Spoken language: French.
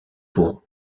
pour